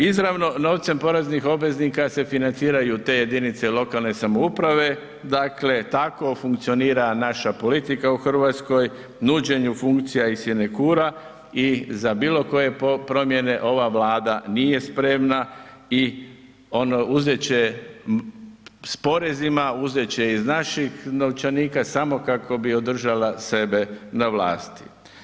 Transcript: Izravno novcem poreznih obveznika se financiraju te jedinice lokalne samouprave, dakle tako funkcionira naša politika u Hrvatskoj, nuđenju funkcija i sinekura i za bilo koje promjene ova Vlada nije spremna i ono uzeti će, s porezima, uzeti će iz naših novčanika samo kako bi održala sebe na vlasti.